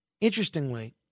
interestingly